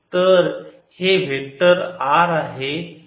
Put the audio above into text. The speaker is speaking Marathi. तर हे वेक्टर r आहे